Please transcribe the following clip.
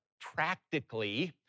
practically